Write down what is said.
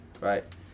Right